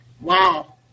wow